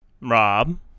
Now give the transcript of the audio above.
Rob